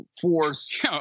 force